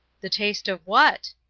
the taste of what?